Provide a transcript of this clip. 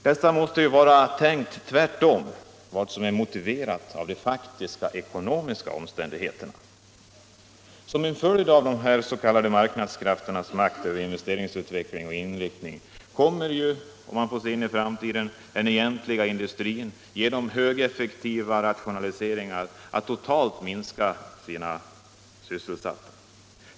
Detta måste vara tänkt tvärtemot vad som är motiverat av faktiska ekonomiska omständigheter. Som en följd av de s.k. marknadskrafternas makt över investeringsutveckling och inriktning kommer —- om man ser in i framtiden — antalet sysselsatta inom den egentliga industrin genom högeffektiva rationaliseringar att totalt minska.